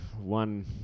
one